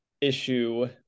issue